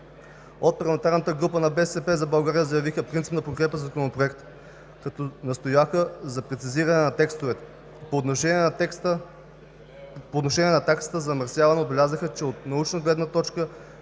От парламентарната група на „БСП за България“ заявиха принципна подкрепа за Законопроекта, като настояха за прецизиране на текстовете. По отношение на таксата за замърсяване отбелязаха, че от научна гледна точка